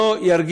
לא,